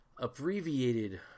abbreviated